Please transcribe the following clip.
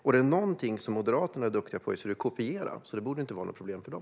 Är det något som Moderaterna är duktiga på är det att kopiera. Detta borde inte vara något problem för dem.